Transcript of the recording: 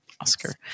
Oscar